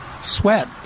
sweat